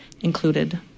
included